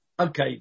okay